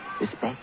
Respect